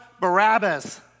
Barabbas